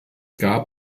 gab